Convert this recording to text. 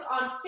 on